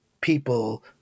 people